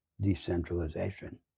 decentralization